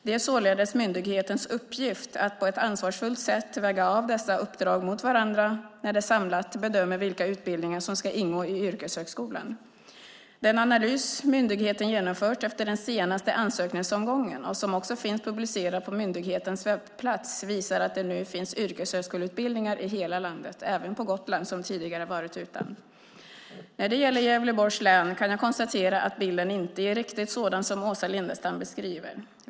Det är således myndighetens uppgift att på ett ansvarsfullt sätt väga av dessa uppdrag mot varandra när den samlat bedömer vilka utbildningar som ska ingå i yrkeshögskolan. Den analys myndigheten har genomfört efter den senaste ansökningsomgången, som också finns publicerad på myndighetens webbplats, visar att det nu finns yrkeshögskoleutbildningar i hela landet, även på Gotland som tidigare har varit utan. När det gäller Gävleborgs län kan jag konstatera att bilden inte är riktigt sådan som Åsa Lindestam beskriver.